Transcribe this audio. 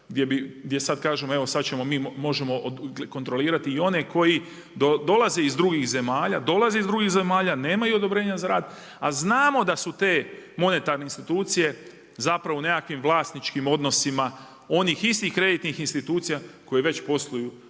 gdje samo kažemo evo, sad mi možemo kontrolirati i one koji dolaze iz drugih zemalja, nemaju odobrenja za rad, a znamo da su te monetarne institucije zapravo u nekakvim vlasničkim odnosima onih istih kreditnih institucija koje već posluju